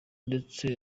ndetse